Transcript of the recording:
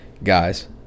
Guys